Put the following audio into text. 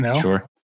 Sure